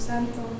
Santo